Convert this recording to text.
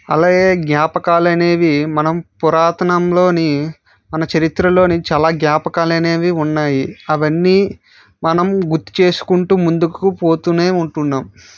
అలాగే జ్ఞాపకాలు అనేవి మనం పురాతనంలో మన చరిత్రలో చాలా జ్ఞాపకాలు అనేవి ఉన్నాయి అవన్నీ మనం గుర్తు చేసుకుంటు ముందుకు పోతు ఉంటున్నాం